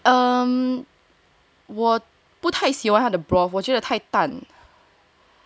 um 我不太喜欢他的 broth 我绝太谈